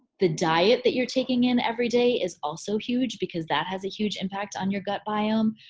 the diet that you're taking in everyday is also huge because that has a huge impact on your gut biome.